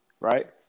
Right